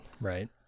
right